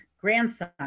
grandson